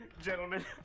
Gentlemen